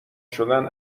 شدن